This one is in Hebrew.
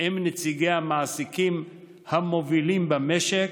עם נציגי המעסיקים המובילים במשק,